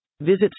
Visit